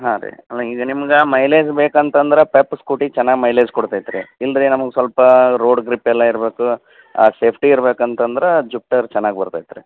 ಹಾಂ ರೀ ಅಲ್ಲ ಈಗ ನಿಮ್ಗೆ ಮೈಲೇಜ್ ಬೇಕಂತಂದ್ರೆ ಪೆಪ್ ಸ್ಕೂಟಿ ಚೆನ್ನಾಗಿ ಮೈಲೇಜ್ ಕೊಡ್ತೈತಿ ರೀ ಇಲ್ಲ ರೀ ನಮಗೆ ಸ್ವಲ್ಪ ರೋಡ್ ಗ್ರಿಪ್ ಎಲ್ಲ ಇರಬೇಕು ಸೇಫ್ಟಿ ಇರ್ಬೇಕು ಅಂತಂದ್ರೆ ಜುಪ್ಟರ್ ಚೆನ್ನಾಗಿ ಬರ್ತೈತಿ ರೀ